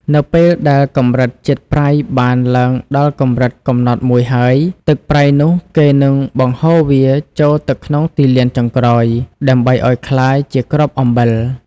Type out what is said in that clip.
នៅពេលដែលកម្រិតជាតិប្រៃបានឡើងដល់កម្រិតកំណត់មួយហើយ ទឹកប្រៃនោះគេនឹងបង្ហូរវាចូលទៅក្នុងទីលានចុងក្រោយដើម្បីឲ្យក្លាយជាគ្រាប់អំបិល។